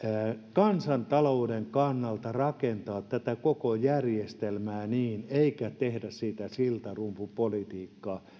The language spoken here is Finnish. kansantalouden kannalta rakentaa tätä koko järjestelmää eikä tehdä siltarumpupolitiikkaa